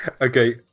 Okay